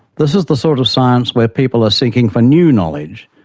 this is the sort of science where people are seeking for new knowledge,